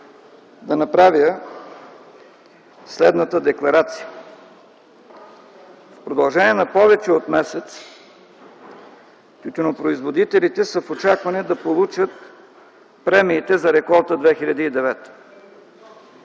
да направя следната декларация. В продължение на повече от месец тютюнопроизводителите са в очакване да получат премиите за реколта 2009